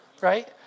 right